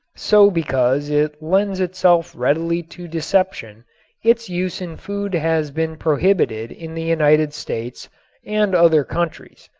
so because it lends itself readily to deception its use in food has been prohibited in the united states and other countries.